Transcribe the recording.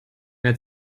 mehr